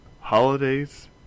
holidays